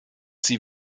sie